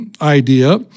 idea